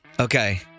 Okay